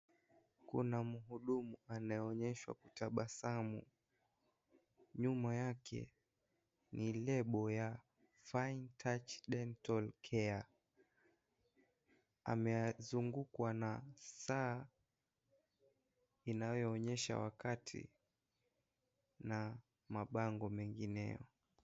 Kuna mhudumu anayeoshesha kutabasamu, nyuma yake ni lebo ya Fine Touch Dental Care amezungukwa na saa inayoonyesha wakati na mabango mengineo.